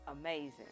amazing